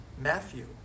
Matthew